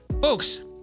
folks